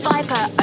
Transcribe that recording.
Viper